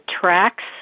tracks